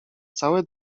całe